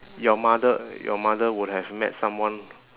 your mother your mother would have met someone